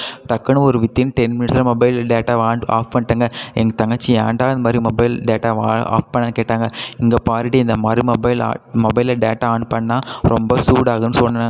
டக்குன்னு ஒரு within ten மினிட்ஸில் மொபைல் டேட்டாவை ஆன் ஆஃப் பண்ணிட்டேங்க எங்கள் தங்கச்சி ஏன்டா இந்த மாதிரி மொபைல் டேட்டாவை ஆஃப் பண்ணேன்னு கேட்டாங்க இங்கே பாருடி இந்த மாதிரி மொபைல் ஆ மொபைலை டேட்டா ஆன் பண்ணால் ரொம்ப சூடாகுதுன்னு சொன்னேன்